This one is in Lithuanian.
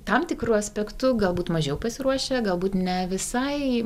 tam tikru aspektu galbūt mažiau pasiruošę galbūt ne visai